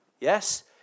Yes